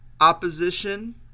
opposition